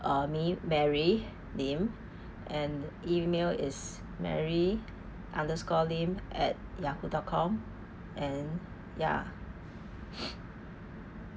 uh me mary lim and email is mary underscore lim at Yahoo dot com and ya